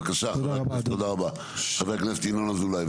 בבקשה, חבר הכנסת ינון אזולאי.